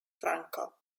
franco